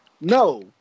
No